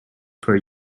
per